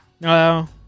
No